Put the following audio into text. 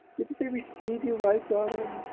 didn't they receive you right, daughter?